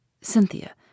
Cynthia